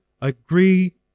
agree